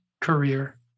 career